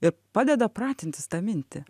ir padeda pratintis tą mintį